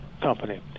company